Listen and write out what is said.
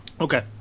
okay